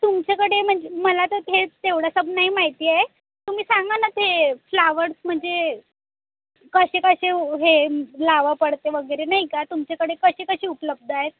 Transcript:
तुमच्याकडे म्हणजे मला तर हे तेवढा सब नाही माहिती आहे तुम्ही सांगा ना ते फ्लावड्स म्हणजे कसे कसे हे लावं पडते वगैरे नाही का तुमच्याकडे कसे कसे उपलब्ध आहेत